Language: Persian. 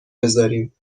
بزاریم